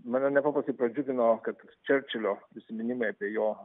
mane nepaprastai pradžiugino kad čerčilio prisiminimai apie jo